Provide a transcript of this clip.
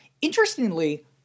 Interestingly